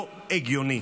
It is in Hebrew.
לא הגיוני.